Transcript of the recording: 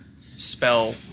spell